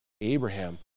Abraham